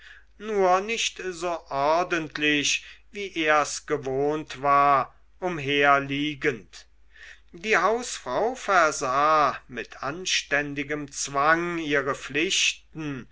nur nicht so ordentlich wie er's gewohnt war umherliegend die hausfrau versah mit anständigem zwang ihre pflichten